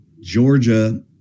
Georgia